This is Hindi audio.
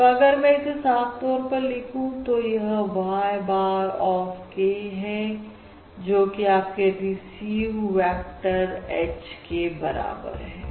तो अगर मैं इसे और साफ तौर पर लिखूं तो यह Y bar ऑफ k है जोकि आपके रिसीव वेक्टर h के बराबर है